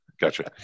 Gotcha